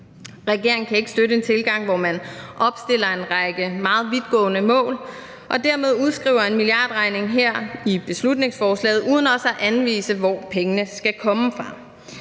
Regeringen kan ikke støtte en tilgang, hvor man som her i beslutningsforslaget opstiller en række meget vidtgående mål og dermed udskriver en milliardregning uden også at anvise, hvor pengene skal komme fra.